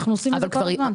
אנחנו עושים את זה כל הזמן.